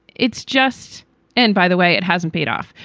it's just and by the way, it hasn't paid off,